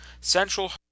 Central